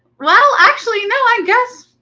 well, actually no, i guess